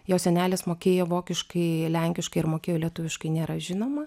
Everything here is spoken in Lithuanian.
jo senelis mokėjo vokiškai lenkiškai ir mokėjo lietuviškai nėra žinoma